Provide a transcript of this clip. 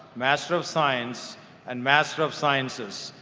master of science and master of sciences.